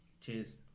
Cheers